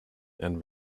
and